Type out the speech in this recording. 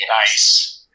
Nice